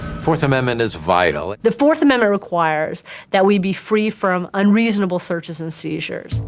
fourth amendment is vital. the fourth amendment requires that we be free from unreasonable searches and seizures.